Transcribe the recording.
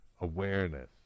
awareness